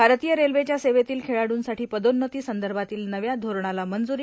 भारतीय रेल्वेच्या सेवेतील खेळाडूंसाठी पदोन्नती संदर्भातील नव्या धोरणाला मंजुरी